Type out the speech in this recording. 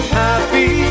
happy